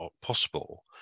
possible